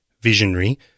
visionary